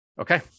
Okay